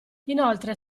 inoltre